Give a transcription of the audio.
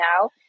now